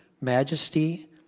majesty